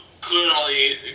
clearly